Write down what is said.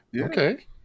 Okay